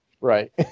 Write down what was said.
right